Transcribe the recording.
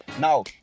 Now